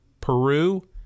Peru